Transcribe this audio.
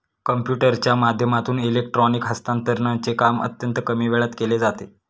कम्प्युटरच्या माध्यमातून इलेक्ट्रॉनिक हस्तांतरणचे काम अत्यंत कमी वेळात केले जाते